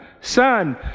son